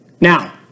Now